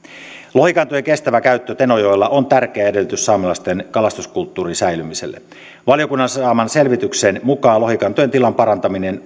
lohikantojen kestävä käyttö tenojoella on tärkeä edellytys saamelaisten kalastuskulttuurin säilymiselle valiokunnan saaman selvityksen mukaan lohikantojen tilan parantaminen